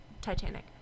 Titanic